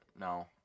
No